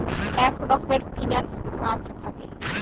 এক রকমের ফিন্যান্স কাজ থাকে